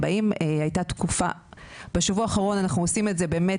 בשבוע האחרון אנחנו עושים את זה באמת